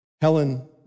Helen